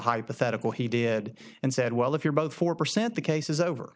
hypothetical he did and said well if you're both four percent the cases over